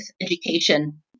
education